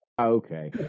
okay